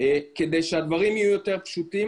כדי שהדברים יהיו יותר פשוטים,